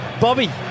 Bobby